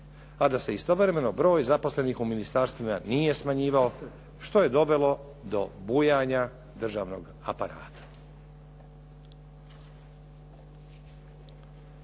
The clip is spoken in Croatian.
a da se istovremeno broj zaposlenih u ministarstvima nije smanjivao što je dovelo do bujanja državnog aparata.